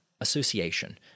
association